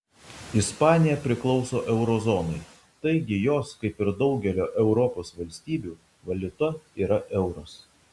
ispanija priklauso euro zonai taigi jos kaip ir daugelio europos valstybių valiuta yra euras